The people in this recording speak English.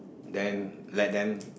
then let them